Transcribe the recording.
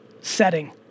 setting